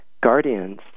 guardians